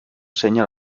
segna